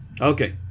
Okay